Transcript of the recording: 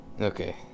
okay